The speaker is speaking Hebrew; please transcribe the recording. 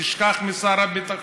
תשכח משר הביטחון,